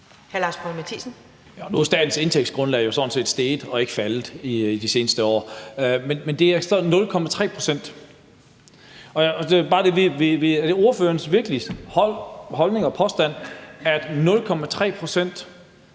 Nu er statens indtægtsgrundlag jo sådan set steget og ikke faldet i de seneste år. Men det handler om 0,3 pct. Er det virkelig ordførerens holdning og påstand, at hvis man